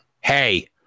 Hey